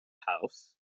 house